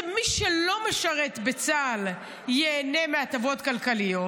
מי שלא משרת בצה"ל ייהנה מהטבות כלכליות,